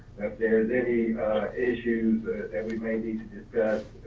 there's any issues that we may need to discuss,